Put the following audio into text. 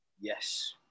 yes